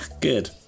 good